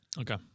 Okay